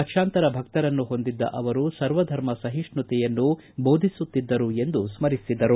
ಲಕ್ಷಾಂತರ ಭಕರನ್ನು ಹೊಂದಿದ್ದ ಅವರು ಸರ್ವಧರ್ಮ ಸಹಿಷ್ಣುತೆಯನ್ನು ಬೋಧಿಸುತ್ತಿದ್ದರು ಎಂದು ಸ್ನರಿಸಿದರು